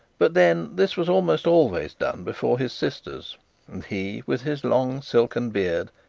but then this was almost always done before his sisters and he, with his long silken beard,